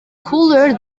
cooler